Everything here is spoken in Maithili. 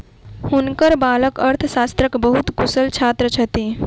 हुनकर बालक अर्थशास्त्रक बहुत कुशल छात्र छथि